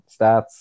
stats